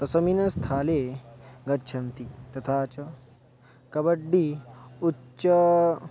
तस्मिन् स्थले गच्छन्ति तथा च कबड्डी उत